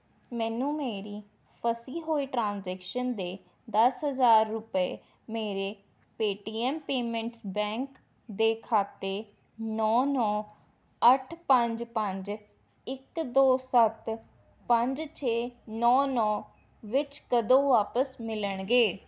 ਮੈਨੂੰ ਮੇਰੀ ਫਸੀ ਹੋਈ ਟ੍ਰਾਂਜੈਕਸ਼ਨ ਦੇ ਦਸ ਹਾਜ਼ਰ ਰੁਪਏ ਮੇਰੇ ਪੇਟੀਐਮ ਪੇਮੈਂਟਸ ਬੈਂਕ ਦੇ ਖਾਤੇ ਨੌਂ ਨੌਂ ਅੱਠ ਪੰਜ ਪੰਜ ਇੱਕ ਦੋ ਸੱਤ ਪੰਜ ਛੇ ਨੌਂ ਨੌਂ ਵਿੱਚ ਕਦੋਂ ਵਾਪਸ ਮਿਲਣਗੇ